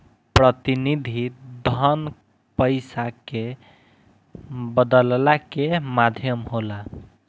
प्रतिनिधि धन पईसा के बदलला के माध्यम होला